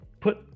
put